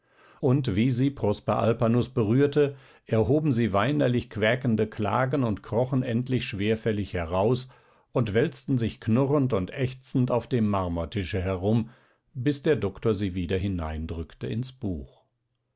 und wie sie prosper alpanus berührte erhoben sie weinerlich quäkende klagen und krochen endlich schwerfällig heraus und wälzten sich knurrend und ächzend auf dem marmortische herum bis der doktor sie wieder hineindrückte ins buch